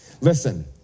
Listen